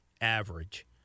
average